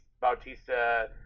Bautista